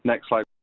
next slide,